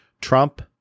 Trump